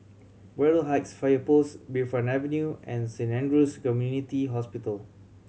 Braddell Heights Fire Post Bayfront Avenue and Saint Andrew's Community Hospital